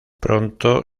pronto